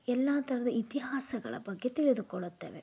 ಎಲ್ಲ ಥರದ ಇತಿಹಾಸಗಳ ಬಗ್ಗೆ ತಿಳಿದುಕೊಳ್ಳುತ್ತೇವೆ